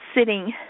sitting